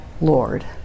Lord